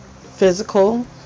physical